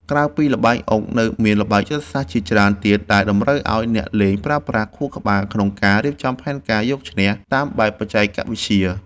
ក្រៅពីល្បែងអុកនៅមានល្បែងយុទ្ធសាស្ត្រជាច្រើនទៀតដែលតម្រូវឱ្យអ្នកលេងប្រើប្រាស់ខួរក្បាលក្នុងការរៀបចំផែនការយកឈ្នះតាមបែបបច្ចេកវិទ្យា។